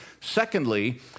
secondly